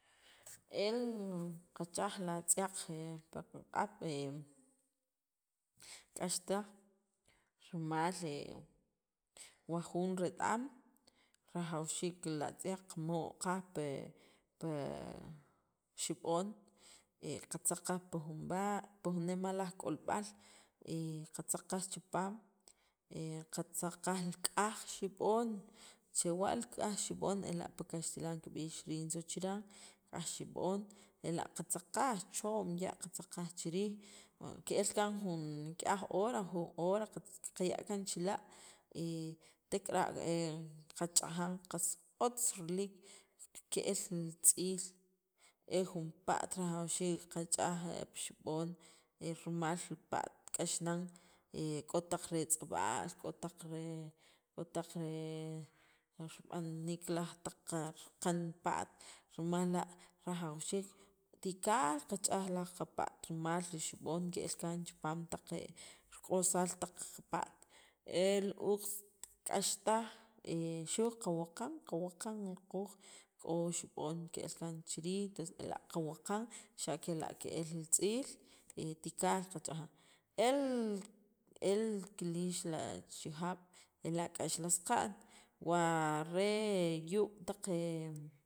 el kach'aj la atziaq' pakaq'ab k'axtaj rimal wo jun retaam rajawxiik la atziaq' ki muq'aaj pi xab'oon ka tzaq'kaj pi jun baño pi jun neem laj k'olb'aal katzakq'aj chipaam katzaqkaaj li k'aaj xib'oon chewa' kaaj xib'oon ela' pi kaxtilan kib'iix rinso chiran k'aj xib'oon ela' katzaq'kaj choom ya' katzak'an chiriij kel kan jun nikyaj hora o jun hora ke k'aya kan chila tekara' kach'ajaan qas otz' riliik keel li tziil e jun pa'at rajawxiik kach'aaj pi xib'oon rimal li pa'at k'ax nan e k'otaq retz'ab'aal k'otaq ree k'otaq ree jun rib'aniik laj taq rikaan pa'at rimaal la rajawxiik tikaal ka ch'aaj laj ka pa'at rimal li xib'oon kel kaan chipaam taq b'usaal taq pa'at el ka pa'at el uuq' k'ax taj xuqa wikaan qa wikaan q'uuq' k'o xib'oon kel kan chiriij entonces ela' qawikaan xa kela kel li tziil tikaal ka ch'ajaan el el ki liix li achijaab' ela' k'ax nan saq'aan wa' re yuuq' pitaq'